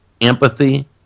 empathy